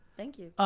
thank you.